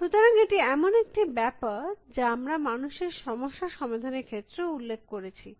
সুতরাং এটি এমন একটি ব্যাপার যা আমরা মানুষের সমস্যা সমাধানের ক্ষেত্রেও উল্লেখ করেছি